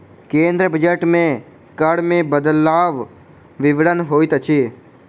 केंद्रीय बजट मे कर मे बदलवक विवरण होइत अछि